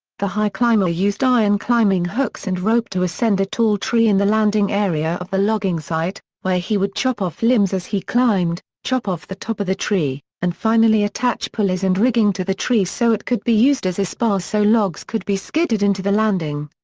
the high climber used iron climbing hooks and rope to ascend a tall tree in the landing area of the logging site, where he would chop off limbs as he climbed, chop off the top of the tree, and finally attach pulleys and rigging to the tree so it could be used as a spar so logs could be skidded into the landing.